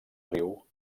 riu